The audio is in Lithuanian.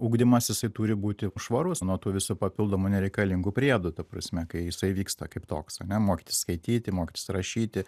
ugdymas jisai turi būti švarus nuo tų visų papildomų nereikalingų priedų ta prasme kai jisai vyksta kaip toks ane mokytis skaityti mokytis rašyti